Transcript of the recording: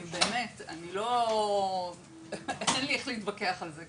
באמת, אין לי איך להתווכח על זה.